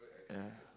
ya